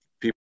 people